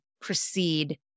proceed